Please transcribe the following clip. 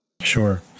Sure